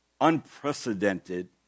unprecedented